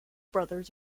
brothers